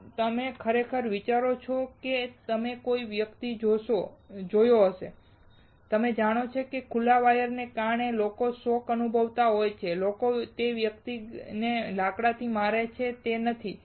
જો તમે ખરેખર વિચારો છો કે તમે કોઈ વ્યક્તિ જોયો હશે તમે જાણો છો કે ખુલ્લા વાયરને કારણે લોકો શોક અનુભવતા હોય છે અને લોકો તે વ્યક્તિને લાકડાથી મારે છે તે નથી